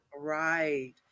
Right